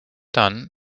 dann